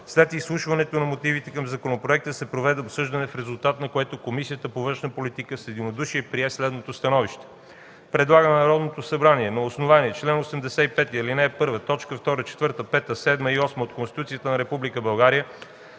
След изслушването на мотивите към законопроекта се проведе обсъждане, в резултат на което Комисията по външна политика с единодушие прие следното становище: предлага на Народното събрание, на основание чл. 85, ал. 1, т. 2, 4, 5, 7 и 8 от Конституцията на Република